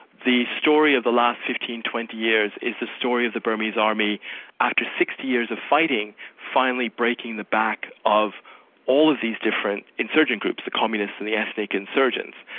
the story of the last fifteen, twenty years is the story of the burmese army after sixty years of fighting, finally breaking the back of all of these different insurgent groups, the communists and the ethnic insurgents.